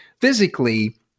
physically